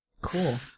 Cool